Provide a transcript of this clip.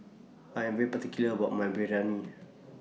I Am very particular about My Biryani